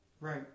Right